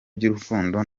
by’urukundo